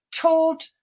told